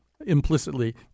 implicitly